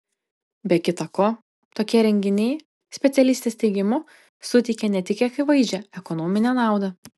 be kita ko tokie renginiai specialistės teigimu suteikia ne tik akivaizdžią ekonominę naudą